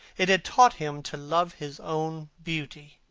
it had taught him to love his own beauty.